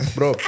Bro